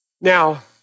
Now